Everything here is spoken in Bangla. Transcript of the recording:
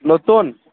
নতুন